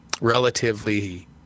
relatively